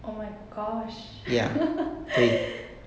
oh my gosh